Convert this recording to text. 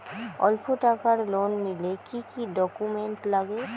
অল্প টাকার লোন নিলে কি কি ডকুমেন্ট লাগে?